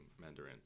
Mandarin